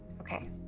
Okay